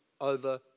over